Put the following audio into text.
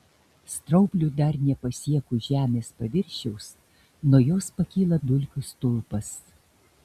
straubliui dar nepasiekus žemės paviršiaus nuo jos pakyla dulkių stulpas